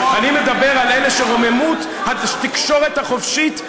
אני מדבר על אלה שרוממות התקשורת החופשית בגרונם,